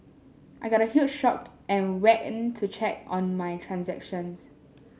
I got a huge shocked and went to check on my transactions